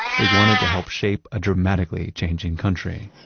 they wanted to help shape a dramatically changing country.